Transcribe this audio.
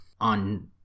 on